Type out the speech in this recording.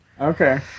Okay